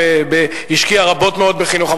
שהשקיע רבות מאוד בחינוך,